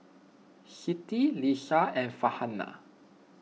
Siti Lisa and Farhanah